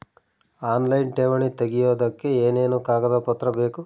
Online ಠೇವಣಿ ತೆಗಿಯೋದಕ್ಕೆ ಏನೇನು ಕಾಗದಪತ್ರ ಬೇಕು?